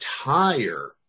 entire